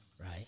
Right